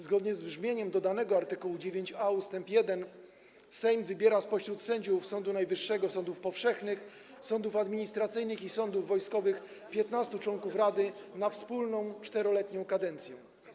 Zgodnie z brzmieniem dodanego art. 9a ust. 1 Sejm wybiera spośród sędziów Sądu Najwyższego, sądów powszechnych, sądów administracyjnych i sądów wojskowych 15 członków rady na wspólną 4-letnią kadencję.